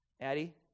Addie